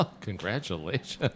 Congratulations